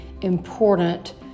important